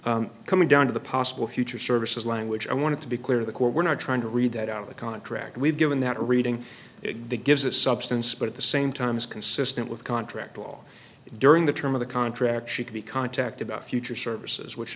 brief coming down to the possible future services language i want to be clear the court we're not trying to read that out of the contract we've given that reading the gives us substance but at the same time is consistent with contract law during the term of the contract should be contact about future services which